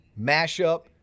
mashup